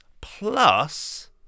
plus